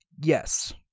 Yes